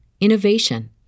innovation